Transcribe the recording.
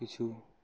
কিছু